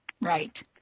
Right